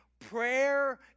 Prayer